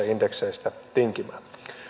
indekseistä tinkimään